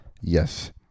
Yes